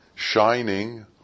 Shining